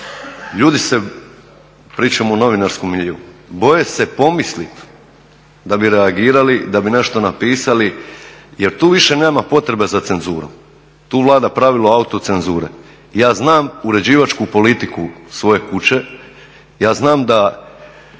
ljudi se, pričam o novinarskom …, boje se pomisliti da bi reagirali, da bi nešto napisali jer tu više nema potrebe za cenzurom, tu vlada pravilo autocenzure. Ja znam uređivačku politiku svoje kuće, ja znam da